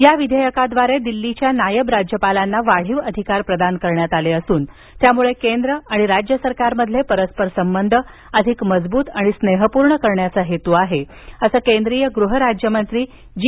या विधेयकाद्वारे दिल्लीच्या नायब राज्यपालांना वाढीव अधिकार प्रदान करण्यात आले असून त्यामुळे केंद्र आणि राज्य सरकारमधील परस्पर संबंध अधिक मजबूत आणि स्नेहपूर्ण करण्याचा हेतू आहे असं केंद्रीय गृहराज्यमंत्री जी